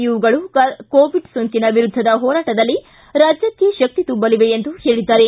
ಇವುಗಳು ಕೋವಿಡ್ ಸೋಂಕಿನ ವಿರುದ್ಧದ ಹೋರಾಟದಲ್ಲಿ ರಾಜ್ಯಕ್ಕೆ ಶಕ್ತಿ ತುಂಬಲಿವೆ ಎಂದು ಹೇಳಿದ್ದಾರೆ